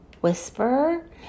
Whisper